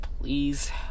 Please